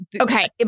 Okay